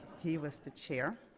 he was the chair.